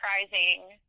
surprising